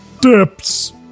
dips